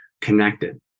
connected